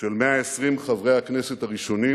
של 120 חברי הכנסת הראשונים